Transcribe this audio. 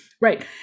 right